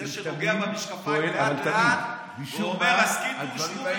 זה שנוגע במשקפיים לאט-לאט ואומר: הסכיתו ושמעו,